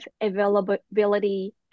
availability